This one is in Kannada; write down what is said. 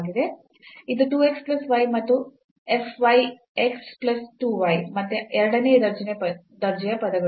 ಇದು 2 x plus y ಮತ್ತು f y x plus 2 y ಮತ್ತೆ ಎರಡನೇ ದರ್ಜೆಯ ಪದಗಳು